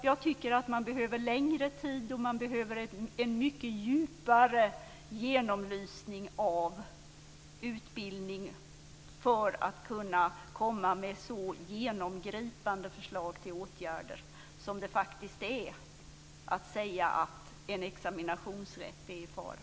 Jag tycker att man behöver längre tid till förfogande och en mycket djupare genomlysning av utbildningen för att kunna komma med så genomgripande förslag till åtgärder som det faktiskt är att säga att en examinationsrätt är i fara.